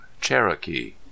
cherokee